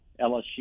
LSU